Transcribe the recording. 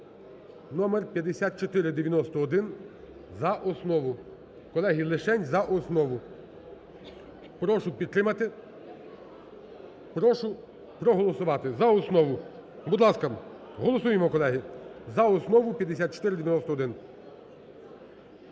(№ 5491) за основу. Колеги, лишень за основу. Прошу підтримати, прошу проголосувати за основу. Будь ласка, голосуємо, колеги, за основу 5491.